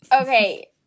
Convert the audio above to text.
Okay